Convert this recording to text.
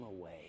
away